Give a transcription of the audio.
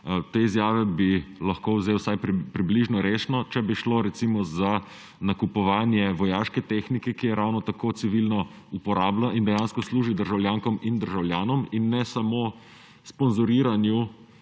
Te izjave bi lahko vzel vsaj približno resno, če bi šlo, recimo, za nakupovanje vojaške tehnike, ki je ravno tako civilno uporabna in dejansko služi državljankam in državljanom in ne samo sponzoriranju